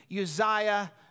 Uzziah